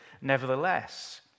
nevertheless